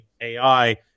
AI